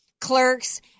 clerks